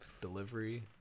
delivery